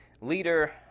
leader